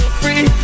free